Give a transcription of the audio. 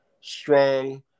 strong